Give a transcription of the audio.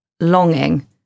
longing